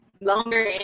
longer